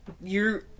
You're-